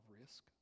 risk